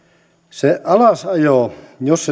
se alasajo jos